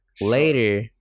Later